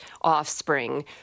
offspring